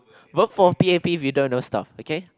vote for p_a_p if you don't know stuff okay